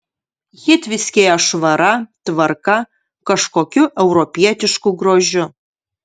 ji tviskėjo švara tvarka kažkokiu europietišku grožiu